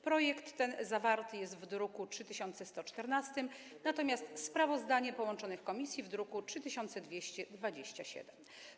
Projekt ten zawarty jest w druku nr 3114, natomiast sprawozdanie połączonych komisji - w druku nr 3227.